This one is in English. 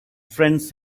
friends